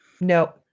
No